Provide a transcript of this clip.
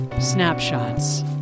snapshots